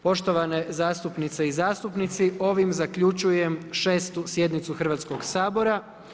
Poštovane zastupnice i zastupnici, ovim zaključujem 6 sjednicu Hrvatskog sabora.